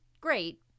great